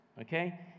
Okay